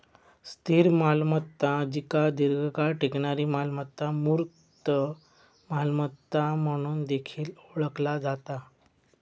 स्थिर मालमत्ता जिका दीर्घकाळ टिकणारी मालमत्ता, मूर्त मालमत्ता म्हणून देखील ओळखला जाता